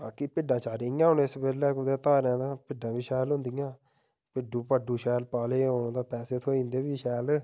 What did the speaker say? बाकी भिड्डां चारी दियां होन इस बैल्ले कुतै धारें तां भिड्डां बी शैल होन्दियां भिड्डू भुड्ड़ू शैल पाले दे होन तां पैसे थ्होई जन्दे फ्ही शैल